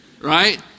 Right